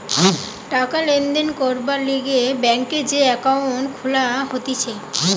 টাকা লেনদেন করবার লিগে ব্যাংকে যে একাউন্ট খুলা হতিছে